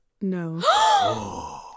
No